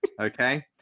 Okay